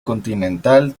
continental